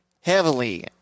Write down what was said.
heavily